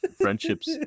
friendships